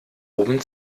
oben